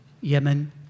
Yemen